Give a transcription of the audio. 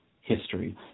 history